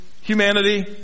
humanity